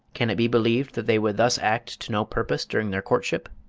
can it be believed that they would thus act to no purpose during their courtship?